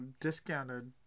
discounted